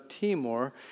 Timor